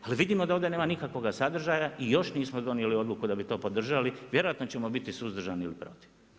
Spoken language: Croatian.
Ali vidimo da ovdje nema nikakvoga sadržaja i još nismo donijeli odluku da bi to podržali, vjerojatno ćemo biti suzdržani ili protiv.